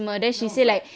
no but